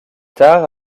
tard